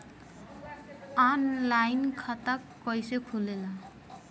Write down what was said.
Online खाता कइसे खुलेला?